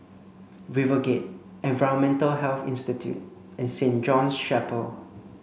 RiverGate Environmental Health Institute and Saint John's Chapel